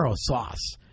sauce